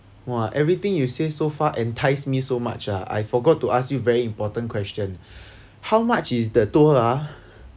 !wah! everything you say so far entice me so much ah I forgot to ask you very important question how much is the tour ha